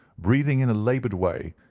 breathing in a laboured way,